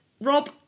Rob